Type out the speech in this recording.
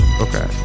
Okay